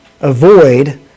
avoid